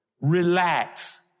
Relax